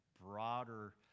broader